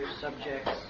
subjects